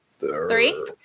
Three